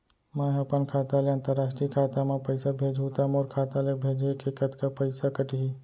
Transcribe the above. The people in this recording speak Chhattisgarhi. मै ह अपन खाता ले, अंतरराष्ट्रीय खाता मा पइसा भेजहु त मोर खाता ले, भेजे के कतका पइसा कटही?